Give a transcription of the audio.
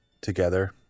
together